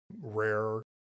rare